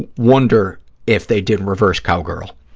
and wonder if they did reverse cowgirl